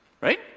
right